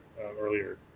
earlier